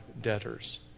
debtors